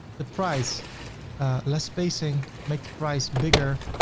the price ah less spacing. make the price bigger.